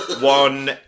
One